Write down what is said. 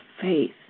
faith